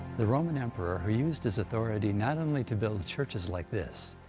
the roman emperor who used his authority not only to build churches like this,